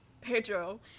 Pedro